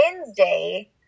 Wednesday